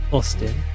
Austin